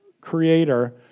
creator